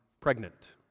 Pregnant